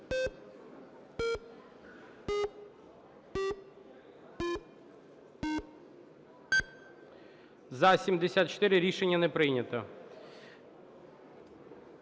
За-96 Рішення не прийнято.